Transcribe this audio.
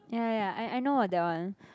ya ya ya I I know of that one